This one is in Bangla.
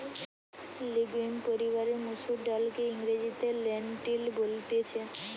লিগিউম পরিবারের মসুর ডালকে ইংরেজিতে লেন্টিল বলতিছে